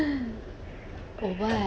oh